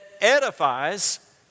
edifies